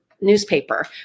newspaper